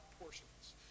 portions